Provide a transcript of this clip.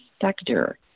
sector